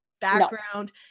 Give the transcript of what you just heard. background